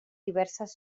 diverses